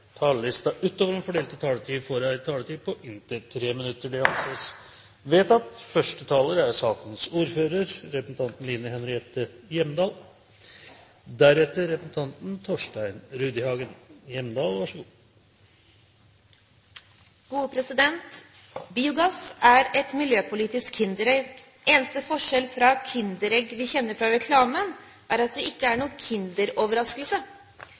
utover den fordelte taletid, får en taletid på inntil 3 minutter. – Det anses vedtatt. Biogass er et miljøpolitisk kinderegg. Eneste forskjell fra det kinderegget vi kjenner fra reklamen, er at det ikke er noen kinder-overraskelse. Med biogass vet du hva du får, og du får det hver gang. Noen vil kanskje si at den eneste overraskelsen ved biogass er